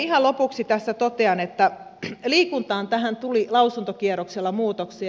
ihan lopuksi tässä totean että liikuntaan tähän tuli lausuntokierroksella muutoksia